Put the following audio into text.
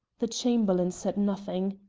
the chamberlain said nothing.